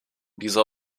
dieser